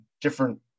different